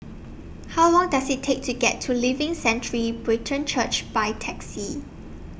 How Long Does IT Take to get to Living Sanctuary Brethren Church By Taxi